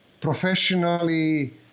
professionally